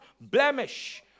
blemish